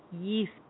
yeast